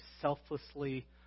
selflessly